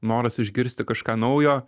noras išgirsti kažką naujo